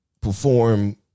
perform